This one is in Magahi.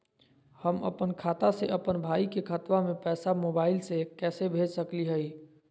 हम अपन खाता से अपन भाई के खतवा में पैसा मोबाईल से कैसे भेज सकली हई?